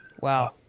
Wow